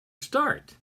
start